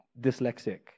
dyslexic